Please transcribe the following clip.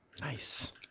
Nice